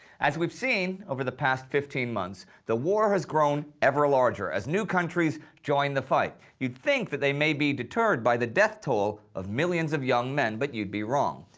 as we've seen over the past fifteen months, the war has grown ever larger as new countries join the fight. you'd think they may be deterred by the death toll of millions of young men, but you'd be wrong.